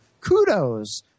Kudos